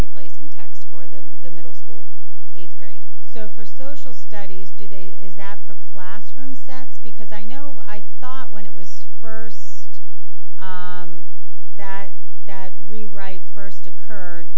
replacing text for the the middle school eighth grade so for social studies do they that for classroom sets because i know i thought when it was first that that really right first occurred